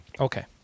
Okay